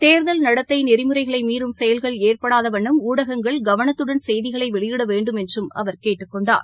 தேர்தல் நடத்தை நெறிமுறைகளை மீறும் செயல்கள் ஏற்படாத வண்ணம் ஊடகங்கள் கவனத்துடன் செய்திகளை வெளியிட வேண்டும் என்றும் அவர் கேட்டுக் கொண்டார்